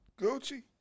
Gucci